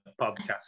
podcast